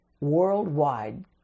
worldwide